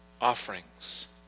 offerings